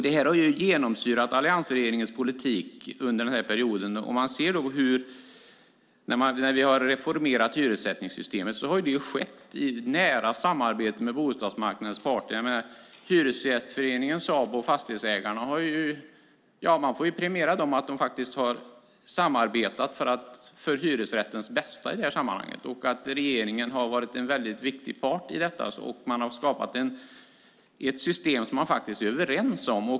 Detta har genomsyrat alliansregeringens politik under denna period. När vi har reformerat hyressättningssystemet har det skett i nära samarbete med bostadsmarknadens parter. Man får premiera Hyresgästföreningen, Sabo och Fastighetsägarna för att de har samarbetat för hyresrättens bästa i detta sammanhang. Regeringen har varit en viktig part i detta, och man har skapat ett system som man faktiskt är överens om.